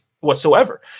Whatsoever